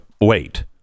wait